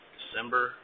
December